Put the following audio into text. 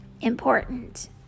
Important